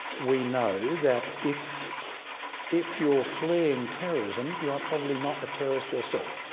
we know that if if you're fleeing terrorism, you are probably not a terrorist yourself.